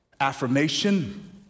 affirmation